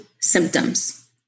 symptoms